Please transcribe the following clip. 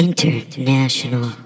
International